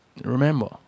remember